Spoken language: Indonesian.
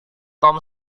tom